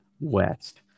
West